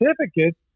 certificates